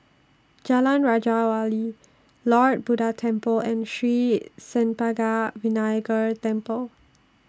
Jalan Raja Wali Lord Buddha Temple and Sri Senpaga Vinayagar Temple